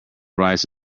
rice